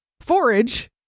Forage